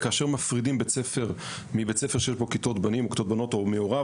כאשר מפרידים בית ספר מבית ספר שיש בו כיתות בנים או כיתות בנות או מעורב